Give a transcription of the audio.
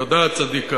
הנה, יפה, יודעת צדיקה,